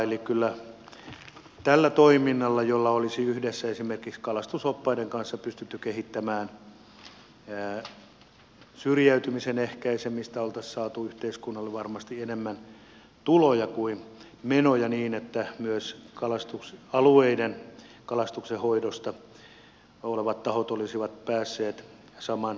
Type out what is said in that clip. eli kyllä tällä toiminnalla jolla olisi yhdessä esimerkiksi kalastusoppaiden kanssa pystytty kehittämään syrjäytymisen ehkäisemistä oltaisiin saatu yhteiskunnalle varmasti enemmän tuloja kuin menoja niin että myös kalastusalueiden kalastuksen hoidosta vastuussa olevat tahot olisivat päässeet saman rahan piiriin